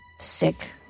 sick